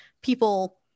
people